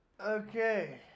Okay